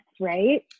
right